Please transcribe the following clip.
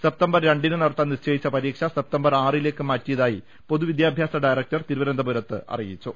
സപ്തംബർ രണ്ടിന് നടത്താൻ നിശ്ചയിച്ച പരീക്ഷ സപ്തംബർ ആറിലേക്ക് മാറ്റിയതായി പൊതുവിദ്യാഭ്യാസ ഡയരക്ടർ തിരുവനന്തപുരത്ത് അറിയിച്ചു